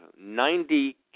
ninety